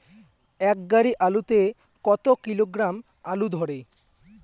এক গাড়ি আলু তে কত কিলোগ্রাম আলু ধরে?